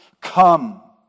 Come